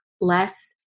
Less